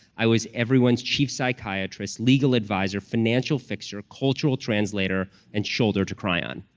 i was everyone's chief psychiatrist, legal advisor, financial fixture, cultural translator, and shoulder to cry on.